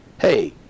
Hey